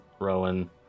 Rowan